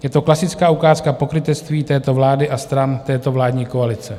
Je to klasická ukázka pokrytectví této vlády a stran této vládní koalice.